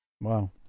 Wow